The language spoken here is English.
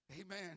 Amen